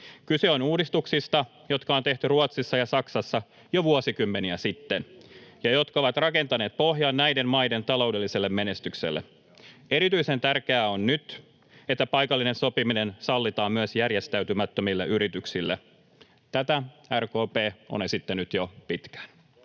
Kyse on uudistuksista, jotka on tehty Ruotsissa ja Saksassa jo vuosikymmeniä sitten ja jotka ovat rakentaneet pohjan näiden maiden taloudelliselle menestykselle. Erityisen tärkeää on nyt, että paikallinen sopiminen sallitaan myös järjestäytymättömille yrityksille. Tätä RKP on esittänyt jo pitkään.